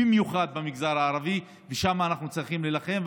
במיוחד במגזר הערבי, ושם אנחנו צריכים להילחם.